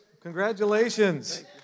Congratulations